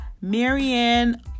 Marianne